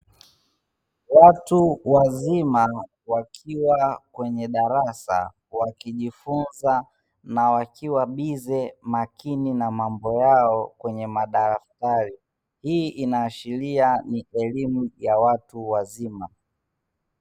Watu wazima wakiwa kwenye darasa wakijifunza na wakiwa bize, makini na mambo yao kwenye madaftari. Hii inaashiria kuwa ni elimu ya watu wazima.